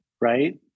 right